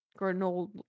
granola